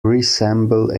resemble